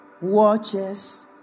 watches